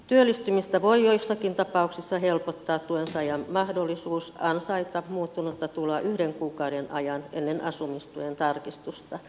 työllistymistä voi joissakin tapauksissa helpottaa tuensaajan mahdollisuus ansaita muuttunutta tuloa yhden kuukauden ajan ennen asumistuen tarkistusta